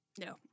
No